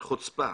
חוצפה.